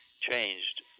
changed